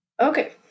Okay